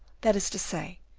that is to say,